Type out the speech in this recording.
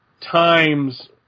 times